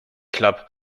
club